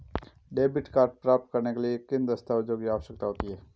Debit card प्राप्त करने के लिए किन दस्तावेज़ों की आवश्यकता होती है?